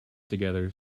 together